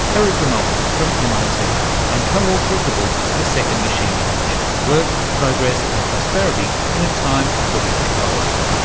erik brynjolfsson from mit and co-author of the book the second machine age work, progress and prosperity in a time of brilliant technology.